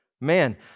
Man